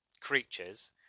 creatures